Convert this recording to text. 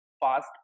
fast